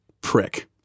prick